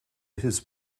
his